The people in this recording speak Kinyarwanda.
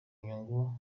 nyungu